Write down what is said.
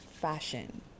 Fashion